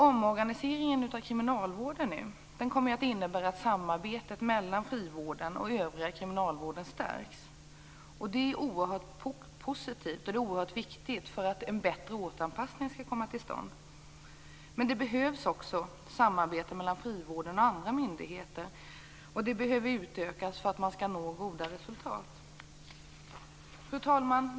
Omorganiseringen av kriminalvården kommer nu att innebära att samarbetet mellan frivården och den övriga kriminalvården stärks. Det är oerhört positivt och oerhört viktigt för att en bättre återanpassning skall komma till stånd. Men det behövs också samarbete mellan frivården och andra myndigheter; det behöver utökas för att man skall nå goda resultat. Fru talman!